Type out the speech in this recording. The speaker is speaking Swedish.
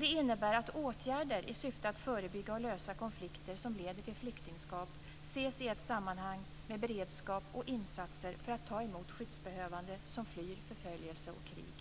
Det innebär att åtgärder i syfte att förebygga och lösa konflikter som leder till flyktingskap ses i samma sammanhang som beredskap och insatser för att ta emot skyddsbehövande som flyr förföljelse och krig.